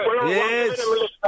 Yes